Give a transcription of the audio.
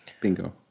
Bingo